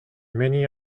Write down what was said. many